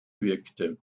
wirkte